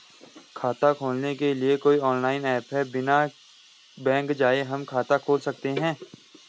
खाता खोलने के लिए कोई ऑनलाइन ऐप है बिना बैंक जाये हम खाता खोल सकते हैं?